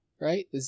right